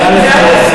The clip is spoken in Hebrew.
נא לסיים.